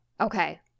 okay